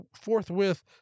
forthwith